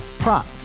Prop